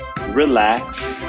relax